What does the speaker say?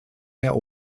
mehr